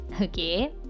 okay